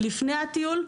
לפני הטיול,